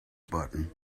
button